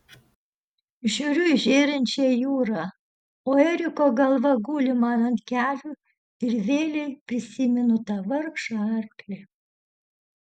žiūriu į žėrinčią jūrą o eriko galva guli man ant kelių ir vėlei prisimenu tą vargšą arklį